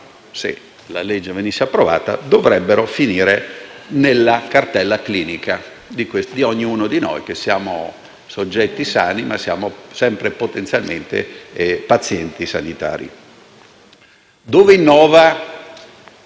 se la legge venisse approvata, dovrebbero finire nella cartella clinica di ognuno di noi, che siamo soggetti sani, ma che siamo sempre, potenzialmente, dei pazienti sanitari. Dov'è